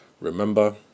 remember